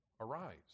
arise